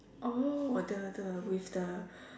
oh the the with the